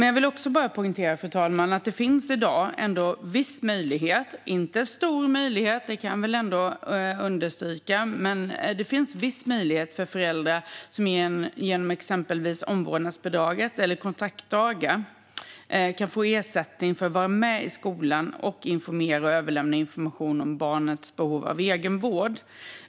Jag vill också poängtera, fru talman, att det i dag ändå finns viss möjlighet, om än inte en stor möjlighet, för föräldrar att genom exempelvis omvårdnadsbidraget eller kontaktdagar få ersättning för att vara med i skolan och informera och överlämna information om barnets behov av egenvård.